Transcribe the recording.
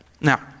Now